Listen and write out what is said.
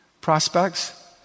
prospects